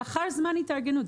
לאחר זמן התארגנות.